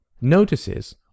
notices